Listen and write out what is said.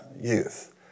youth